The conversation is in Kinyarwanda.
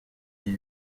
ibi